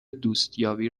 دوستیابی